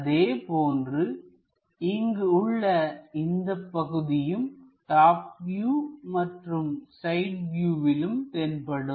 அதே போன்று இங்கு உள்ள இந்தப் பகுதியும் டாப் வியூ மற்றும் சைட் வியூவிலும் தென்படும்